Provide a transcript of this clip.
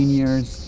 years